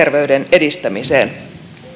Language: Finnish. edistämiseen